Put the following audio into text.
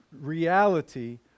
reality